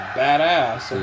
badass